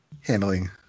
handling